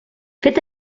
fet